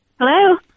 Hello